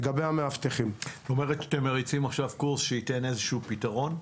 זאת אומרת שאתם מריצים עכשיו קורס שייתן איזה הוא פתרון?